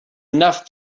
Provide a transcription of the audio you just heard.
enough